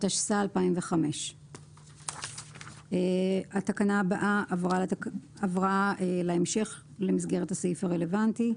התשס"ה-2005; התקנה הבאה עברה להמשך למסגרת הסעיף הרלוונטי.